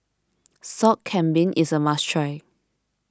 Sop Kambing is a must try